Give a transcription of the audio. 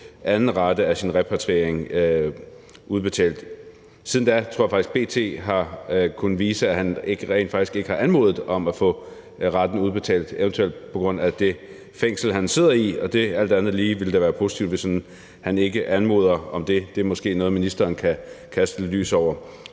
anden rate af sin repatriering udbetalt. Siden da tror jeg faktisk B.T. har kunnet vise, at han rent faktisk ikke har anmodet om at få raten udbetalt, eventuelt på grund af det fængsel, han sidder i. Det ville da alt andet lige være positivt, hvis han ikke anmoder om det. Det er måske noget, ministeren kan kaste lidt lys over.